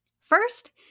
First